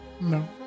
No